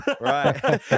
Right